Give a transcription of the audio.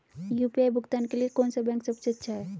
UPI भुगतान के लिए कौन सा बैंक सबसे अच्छा है?